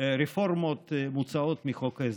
רפורמות מוצעות מחוק ההסדרים.